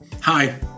Hi